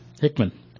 Hickman